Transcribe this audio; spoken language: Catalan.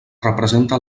representa